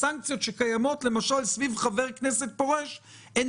הסנקציות שקיימות למשל סביב חבר כנסת פורש הן